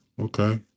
okay